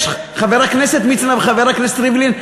חבר הכנסת מצנע וחבר הכנסת ריבלין,